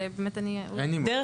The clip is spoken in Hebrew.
דרך